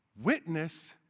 witness